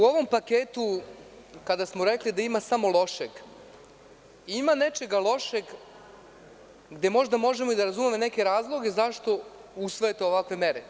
U ovom paketu kada smo rekli da ima samo lošeg, ima nečega lošeg gde možda možemo i da razumemo neke razloge zašto usvajate ovakve mere.